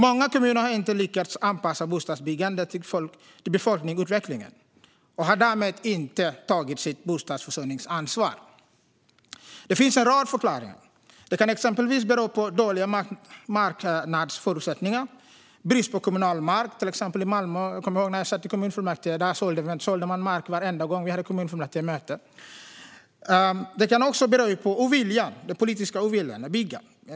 Många kommuner har inte lyckats anpassa bostadsbyggandet till befolkningsutvecklingen och har därmed inte tagit sitt bostadsförsörjningsansvar. Det finns en rad förklaringar. Det kan exempelvis bero på dåliga marknadsförutsättningar eller brist på kommunal mark. Malmö är ett exempel; jag kommer ihåg när jag satt i kommunfullmäktige där och man sålde mark varenda gång vi hade kommunfullmäktigemöte. Det kan också bero på en politisk ovilja att bygga.